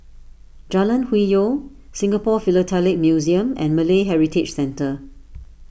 Jalan Hwi Yoh Singapore Philatelic Museum and Malay Heritage Centre